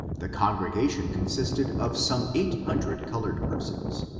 the congregation consisted of some eight hundred colored persons,